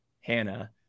Hannah